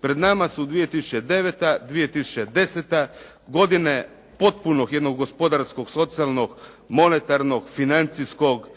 Pred nama su 2009., 2010. godine potpunog jednog gospodarskog, socijalnog, monetarnog, financijskog